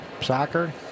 soccer